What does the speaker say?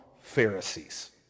Pharisees